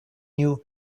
you